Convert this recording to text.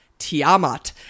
tiamat